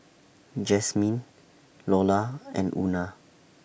Jazmyn Lola and Una